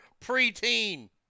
preteen